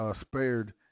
spared